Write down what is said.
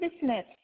business